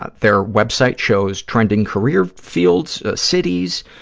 ah their web site shows trending career fields, cities,